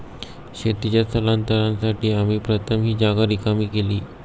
शेतीच्या स्थलांतरासाठी आम्ही प्रथम ही जागा रिकामी केली